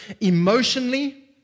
emotionally